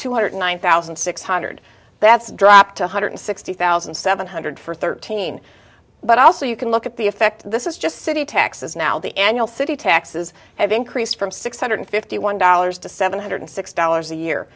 two hundred one thousand six hundred that's dropped one hundred sixty thousand seven hundred for thirteen but also you can look at the effect this is just city taxes now the annual city taxes have increased from six hundred fifty one dollars to seven hundred six dollars a year